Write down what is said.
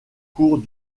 cours